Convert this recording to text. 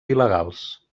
il·legals